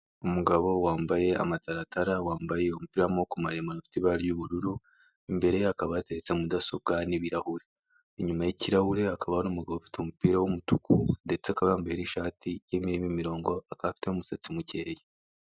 Umugabo wambaye amataratara, wambaye umupira w'amaboko maremare ufite ibara ry'ubururu, imbere ye hakaba yatetse mudasobwa n'ibirahure, inyuma y'ikirahure hakaba hari umugabo ufite umupira w'umutuku ndetse akaba yambaye n'ishati irimo imirongo, akaba afite n'umusatsi mukeya.